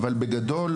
אבל בגדול,